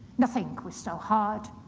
nothing was so hard,